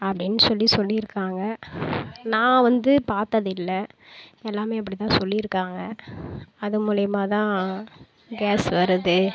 அப்டினு சொல்லி சொல்லிருக்காங்க நான் வந்து பார்த்ததில்ல எல்லாம் அப்படிதான் சொல்லிருக்காங்க அது மூலிமா தான் கேஸ் வருது